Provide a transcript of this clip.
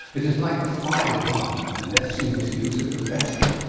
it is like the fire department the less you must use it the better.